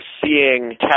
seeing